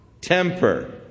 temper